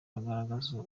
agaragaza